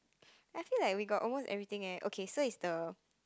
I feel like we got almost everything eh okay so is the